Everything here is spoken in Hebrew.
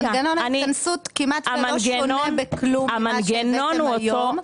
מנגנון ההתכנסות כמעט ולא שונה בכלום ממה שהבאתם היום.